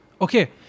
Okay